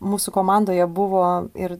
mūsų komandoje buvo ir